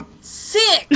six